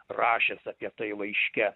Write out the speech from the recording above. rašęs apie tai laiške